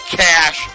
cash